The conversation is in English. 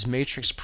Matrix